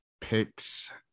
picks